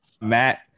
matt